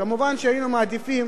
כמובן היינו מעדיפים